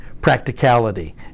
practicality